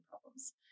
problems